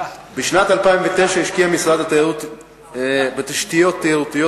בשנת 2009 השקיע משרד התיירות בתשתיות תיירותיות